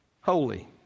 Holy